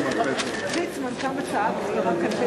אבל יש פתק,